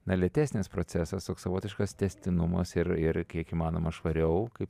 na lėtesnis procesas toks savotiškas tęstinumas ir ir kiek įmanoma švariau kaip